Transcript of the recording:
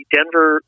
Denver